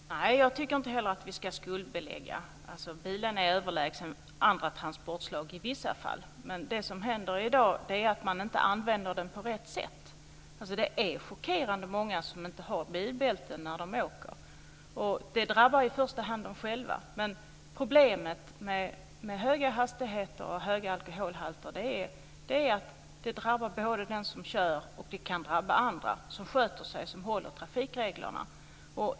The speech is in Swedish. Fru talman! Jag tycker inte heller att vi ska skuldbelägga. Bilen är överlägsen andra transportslag i vissa fall, men det som händer i dag är att man inte använder den på rätt sätt. Det är chockerande många som inte har bilbälten när de åker. Det drabbar ju i första hand dem själva, men problemet med höga hastigheter och höga alkoholhalter drabbar både den som kör och det kan även drabba andra, som sköter sig och som följer trafikreglerna.